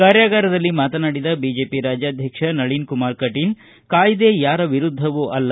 ಕಾರ್ಯಾಗಾರದಲ್ಲಿ ಮಾತನಾಡಿದ ಬಿಜೆಪಿ ರಾಜ್ಯಾಧ್ವಕ್ಷ ನಳೀನ್ ಕುಮಾರ್ ಕಟೀಲ್ ಕಾಯ್ದೆ ಯಾರ ವಿರುದ್ದವೂ ಅಲ್ಲ